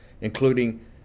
including